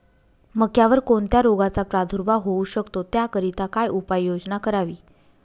मक्यावर कोणत्या रोगाचा प्रादुर्भाव होऊ शकतो? त्याकरिता काय उपाययोजना करावी?